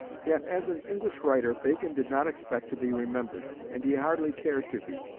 yet as an english writer bacon did not expect to be remembered, and he hardly cared to be.